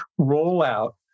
rollout